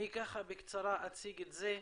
אני אציג את זה בקצרה,